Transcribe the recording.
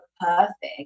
perfect